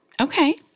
Okay